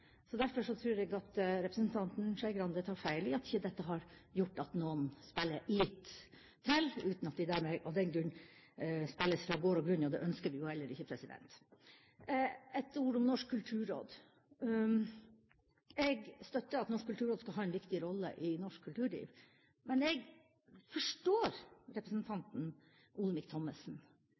Derfor tror jeg at representanten Skei Grande tar feil i at ikke dette har gjort at noen spiller litt til, uten at de av den grunn spiller seg fra gård og grunn. Det ønsker vi heller ikke. Et ord om Norsk kulturråd. Jeg støtter at Norsk kulturråd skal ha en viktig rolle i norsk kulturliv, men jeg forstår representanten Olemic Thommessen